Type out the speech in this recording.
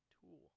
tool